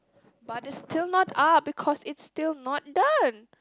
but is still not up because it's still not done